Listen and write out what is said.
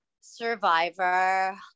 survivor